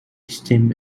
steam